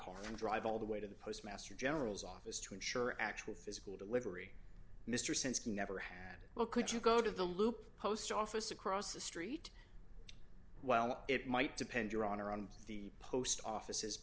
car and drive all the way to the postmaster general's office to ensure actual physical delivery mr since he never had well could you go to the loop post office across the street while it might depend your honor on the post offices